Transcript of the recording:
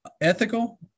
ethical